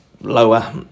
lower